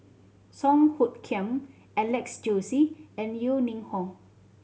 Song Hoot Kiam Alex Josey and Yeo Ning Hong